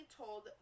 told